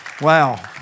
Wow